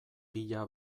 pila